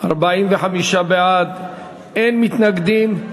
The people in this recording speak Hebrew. עבודת נשים (תיקון,